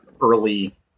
early